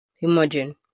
imagine